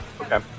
Okay